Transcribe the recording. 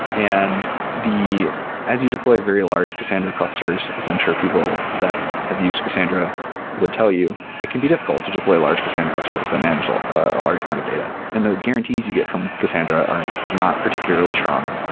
and as you deploy very large cassandra clusters, as i'm sure people that have used cassandra would tell you, it can be difficult to deploy large cassandra clusters that manage like a large amount of data. and the guarantees you get from cassandra are not particularly strong.